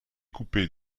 coupés